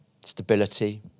stability